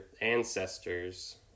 ancestors